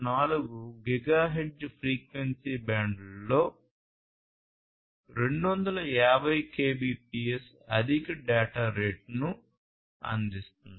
4 gigahertz frequency బ్యాండ్లో 250 kbps అధిక data రేటును అందిస్తుంది